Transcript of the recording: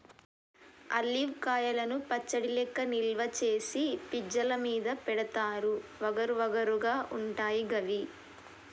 olive కాయలను పచ్చడి లెక్క నిల్వ చేసి పిజ్జా ల మీద పెడుతారు వగరు వగరు గా ఉంటయి గివి